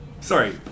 Sorry